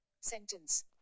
Sentence